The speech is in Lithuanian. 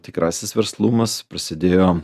tikrasis verslumas prasidėjo